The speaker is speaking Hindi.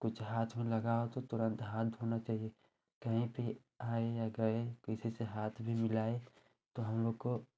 कुछ हाथ में लगा हो तो तुरन्त हाथ धोना चाहिए कहीं पर आए या गए किसी से हाथ भी मिलाए तो हमलोग को